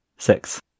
Six